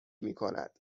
میکند